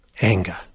anger